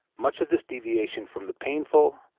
much of this deviation from the painful,